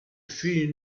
fut